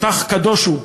תותח קדוש הוא,